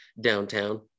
downtown